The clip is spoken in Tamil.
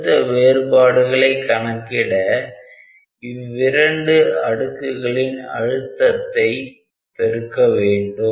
அழுத்த வேறுபாடுகளை கணக்கிட இவ்விரண்டு அடுக்குகளின் அழுத்தத்தை பெருக்க வேண்டும்